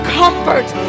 comfort